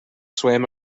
swam